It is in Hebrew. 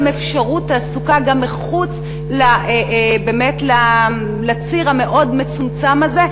אפשרות תעסוקה מחוץ לציר המאוד-מצומצם הזה.